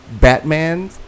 Batman